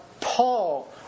Paul